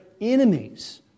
enemies